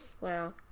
Wow